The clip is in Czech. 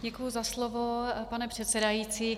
Děkuji za slovo, pane předsedající.